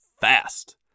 fast